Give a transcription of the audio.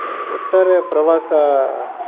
ಒಟ್ಟಾರೆ ಪ್ರವಾಸ